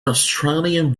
australian